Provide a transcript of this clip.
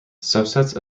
subsets